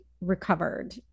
recovered